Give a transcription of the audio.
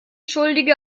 schuldige